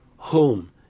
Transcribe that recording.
home